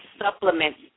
supplements